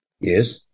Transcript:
Yes